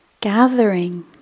gathering